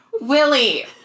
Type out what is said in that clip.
Willie